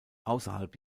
außerhalb